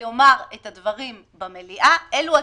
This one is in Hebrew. ויאמר את הדברים במליאה, אלו הדברים.